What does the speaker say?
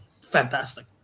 fantastic